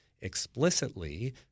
explicitly